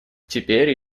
теперь